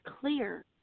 clear